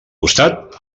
costat